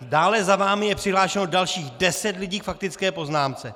Dále za vámi je přihlášeno dalších deset lidí k faktické poznámce.